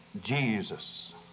Jesus